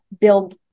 build